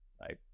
right